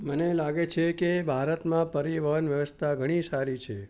મને લાગે છે કે ભારતમાં પરિવહન વ્યવસ્થા ઘણી સારી છે